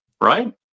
Right